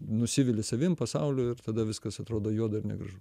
nusivili savim pasauliu ir tada viskas atrodo juoda ir negražu